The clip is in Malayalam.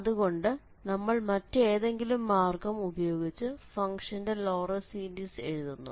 അതുകൊണ്ട് നമ്മൾ മറ്റേതെങ്കിലും മാർഗ്ഗം ഉപയോഗിച്ച് ഫംഗ്ഷന്റെ ലോറന്റ് സീരിസ് എഴുതുന്നു